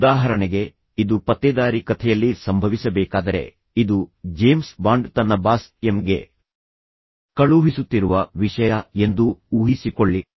ಉದಾಹರಣೆಗೆ ಇದು ಪತ್ತೇದಾರಿ ಕಥೆಯಲ್ಲಿ ಸಂಭವಿಸಬೇಕಾದರೆ ಇದು ಜೇಮ್ಸ್ ಬಾಂಡ್ ತನ್ನ ಬಾಸ್ ಎಂ ಗೆ ಕಳುಹಿಸುತ್ತಿರುವ ವಿಷಯ ಎಂದು ಊಹಿಸಿಕೊಳ್ಳಿ